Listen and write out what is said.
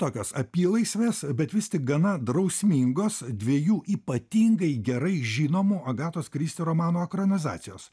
tokios apylaisvės bet vis tik gana drausmingos dviejų ypatingai gerai žinomų agatos kristi romanų ekranizacijos